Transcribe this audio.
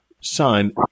sign